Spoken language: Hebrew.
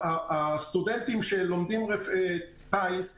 הסטודנטים שלומדים טיס,